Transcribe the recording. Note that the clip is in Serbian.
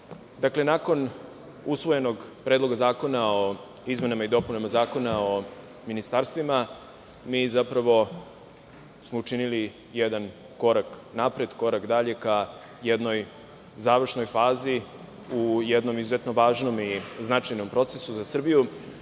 ministre, nakon usvojenog Predloga zakona o izmenama i dopunama Zakona o ministarstvima, zapravo smo učinili jedan korak napred, korak dalje ka jednoj završnoj fazi u jednom izuzetnom važnom i značajnom procesu za Srbiju,